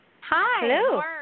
Hi